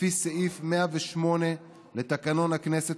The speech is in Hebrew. לפי סעיף 108 לתקנון הכנסת,